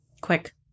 Quick